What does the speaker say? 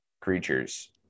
creatures